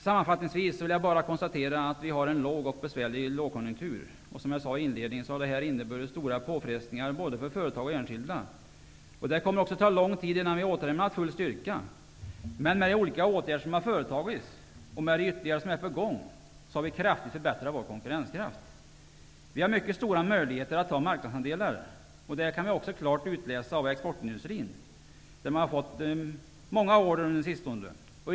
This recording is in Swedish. Sammanfattningsvis vill jag bara konstatera att vi har en besvärlig lågkonjunktur. Som jag sade i inledningen av anförandet har det inneburit stora påfrestningar både för företag och enskilda. Det kommer också att ta lång tid innan vi återhämtat full styrka. Men med de olika åtgärder som har företagits och med de ytterligare som är på gång har vi kraftigt förbättrat vår konkurrenskraft. Vi har nu mycket stora möjligheter att ta marknadsandelar. Detta kan man också klart utläsa av exportindustrin, där orderingången har ökat under senare tid.